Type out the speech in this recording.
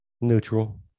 Neutral